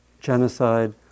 genocide